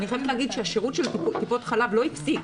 אני חייבת להגיד שהשירות של טיפות חלב לא הפסיק.